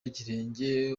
ikirenge